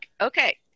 Okay